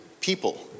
people